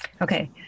okay